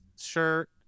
shirt